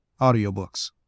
audiobooks